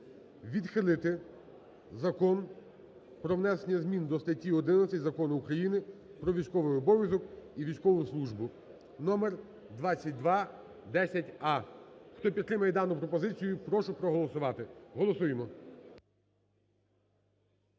відхилити Закон "Про внесення змін до статті 11 Закону України "Про військовий обов'язок і військову службу" (номер 2210а). Хто підтримує дану пропозицію, прошу проголосувати. Голосуємо.